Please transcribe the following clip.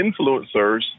influencers